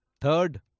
Third